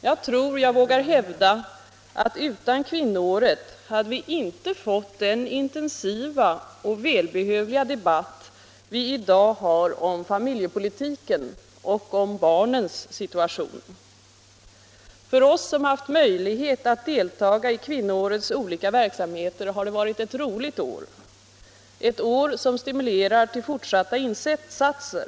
Jag tror jag vågar hävda att utan kvinnoåret hade vi inte fått den intensiva och välbehövliga debatt vi i dag har om familjepolitiken och om barnens = Nr 24 situation. För oss som haft möjlighet att delta i kvinnoårets olika verksamheter har det varit ett roligt år — och ett år som stimulerar till fortsatta insatser.